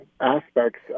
aspects